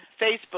Facebook